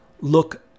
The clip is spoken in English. look